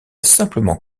simplement